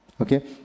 okay